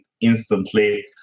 instantly